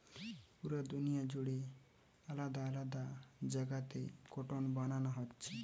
পুরা দুনিয়া জুড়ে আলাদা আলাদা জাগাতে কটন বানানা হচ্ছে